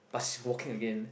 but she's walking again